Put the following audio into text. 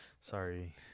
Sorry